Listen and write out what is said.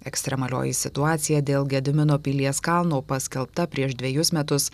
ekstremalioji situacija dėl gedimino pilies kalno paskelbta prieš dvejus metus